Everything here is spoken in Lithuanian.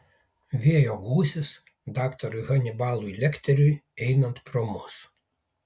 vėjo gūsis daktarui hanibalui lekteriui einant pro mus